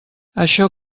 això